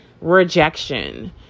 rejection